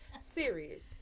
serious